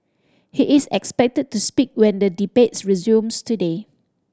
he is expected to speak when the debates resumes today